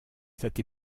cette